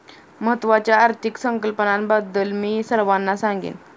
महत्त्वाच्या आर्थिक संकल्पनांबद्दल मी सर्वांना सांगेन